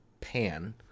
pan